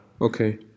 Okay